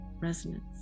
resonance